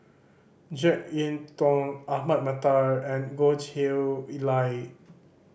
Jek Yeun Thong Ahmad Mattar and Goh Chiew Lye